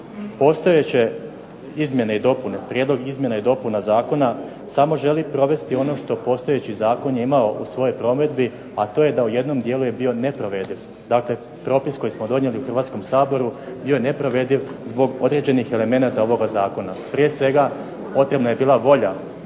Postojeće izmjene i dopune, prijedlog izmjena i dopuna zakona samo želi provesti ono što postojeći zakon je imao u svojoj provedbi a to je da u jednom dijelu je bio neprovediv. Dakle, propis koji smo donijeli u Hrvatskom saboru bio je neprovediv zbog određenih elemenata ovoga zakona, prije svega potrebna je bila volja